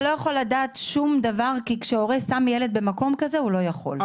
אתה לא יכול לדעת שום דבר כי כשהורה שם ילד במקום כזה הוא לא יכול.